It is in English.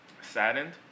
Saddened